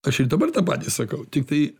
aš ir dabar tą patį sakau tiktai